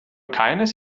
keines